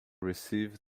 receive